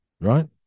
Right